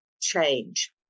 change